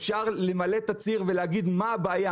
אפשר למלא תצהיר ולהגיד מה הבעיה,